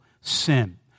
sin